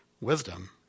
wisdom